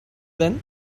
then